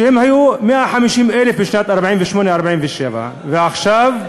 שהם היו 150,000 בשנת 1948, 1947, ועכשיו,